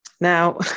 Now